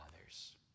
others